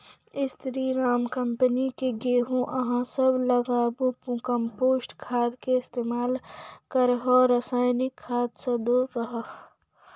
स्री Ram company के गेहूँ अहाँ सब लगाबु कम्पोस्ट खाद के इस्तेमाल करहो रासायनिक खाद से दूर रहूँ?